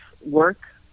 work